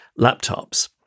laptops